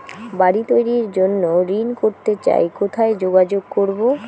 বাড়ি তৈরির জন্য ঋণ করতে চাই কোথায় যোগাযোগ করবো?